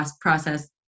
process